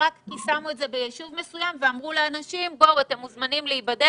רק כי שמו את זה במקום מסוים ואמרו לאנשים שכל מי שרוצה מוזמן להיבדק.